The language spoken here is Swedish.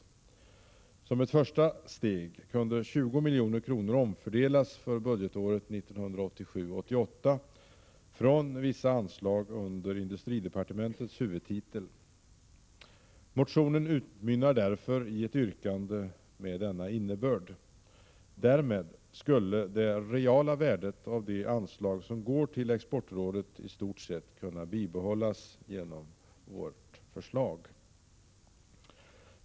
Som 18 mars 1987 ett första steg kunde 20 milj.kr. omfördelas för budgetåret 1987/88 från vissa anslag under industridepartementets huvudtitel. Motionen utmynnar därför i ett yrkande med denna innebörd. Därmed skulle det reala värdet av de anslag som går till Exportrådet i stort sett kunna bibehållas genom vårt förslag.